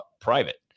private